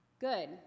Good